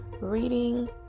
reading